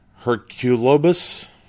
Herculobus